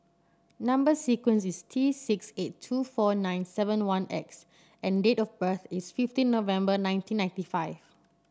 number sequence is T six eight two four nine seven one X and date of birth is fifteen November nineteen ninety five